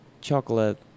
chocolate